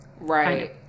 right